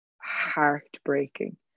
heartbreaking